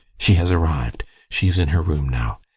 she has arrived she is in her room now.